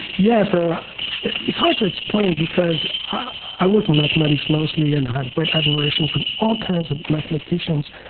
yeah so it's hard to explain, because i work in mathematics mostly, and i have great admiration for all kinds of mathematicians,